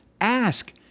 Ask